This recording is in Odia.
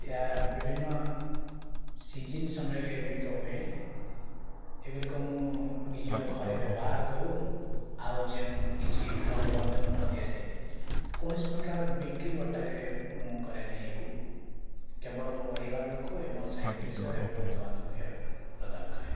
ଏହା ବିଭିନ୍ନ ସିଜିନ୍ ସମୟରେ ଏଗୁଡ଼ିକ ହୁଏ ଏଗୁଡ଼ିକ ମୁଁ ନିଜ ଘରେ ବ୍ୟବହାର କରୁ ଆଉ ଯେଉଁ କିଛି ବନ୍ଧୁ ବାନ୍ଧବ ଘରେ ଦିଆଯାଏ କୌଣସି ପ୍ରକାର ବିକ୍ରି ବଟାରେ ମୁଁ କରେ ନାହିଁ ଆକୁ କେବଳ ମୋ ପରିବାର ଲୋକ ଏବଂ ସାହି ପଡ଼ିଶା ଏବଂ ବନ୍ଧୁ ବାନ୍ଧବଙ୍କୁ ପ୍ରଦାନ କରେ